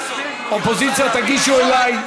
אופוזיציה, תגישו אלי.